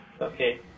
Okay